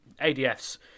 ADF's